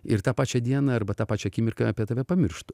ir tą pačią dieną arba tą pačią akimirką apie tave pamirštų